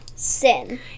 sin